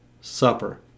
supper